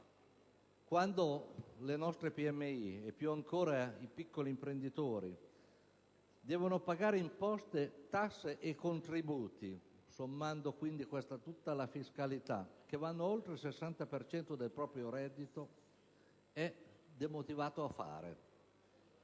quando le nostre PMI e in particolare i piccoli imprenditori devono pagare imposte, tasse e contributi, sommando quindi tutta questa fiscalità, che va oltre il 60 per cento del proprio credito, sono demotivati a fare;